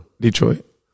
Detroit